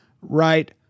right